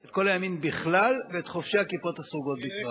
את כל הימין בכלל ואת חובשי הכיפות הסרוגות בפרט.